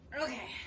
Okay